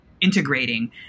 integrating